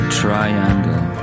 triangle